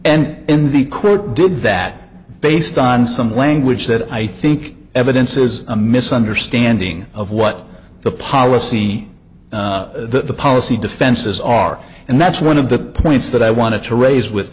and in the crew did that based on some language that i think evidence is a misunderstanding of what the policy the policy defenses are and that's one of the points that i want to raise with